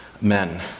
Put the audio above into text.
men